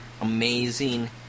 amazing